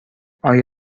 آیا